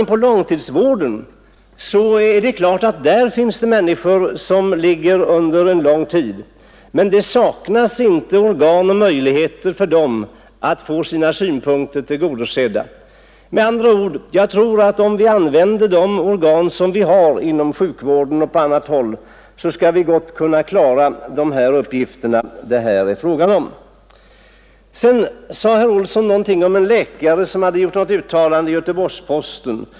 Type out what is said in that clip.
Inom långtidsvården är det klart ——— att många människor ligger inne under en lång tid, men det saknas inte Patientombudsmän organ som kan göra det möjligt för dem att få sina önskemål ka vårdombudsmän . m. tillgodosedda och sina synpunkter beaktade. Med andra ord tror jag att vi, om vi använder de organ vi har inom sjukvården och på annat håll, gott skall kunna klara de uppgifter det här är fråga om. Herr Olsson sade också någonting om en läkare som gjort ett uttalande i Göteborgs-Posten.